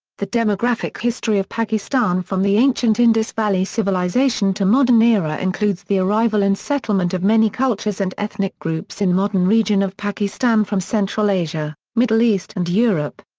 the demographic history of pakistan from the ancient indus valley civilization to modern era includes the arrival and settlement of many cultures and ethnic groups in modern region of pakistan from central asia, middle east and europe.